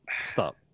stop